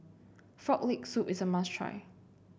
Frog Leg Soup is a must try